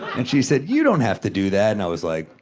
and she said, you don't have to do that, and i was like,